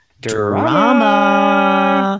Drama